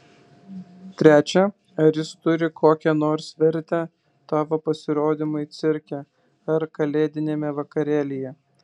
trečia ar jis turi kokią nors vertę tavo pasirodymui cirke ar kalėdiniame vakarėlyje